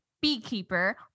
beekeeper